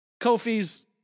Kofi's